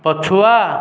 ପଛୁଆ